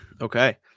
Okay